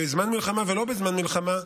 בזמן מלחמה ולא בזמן מלחמה,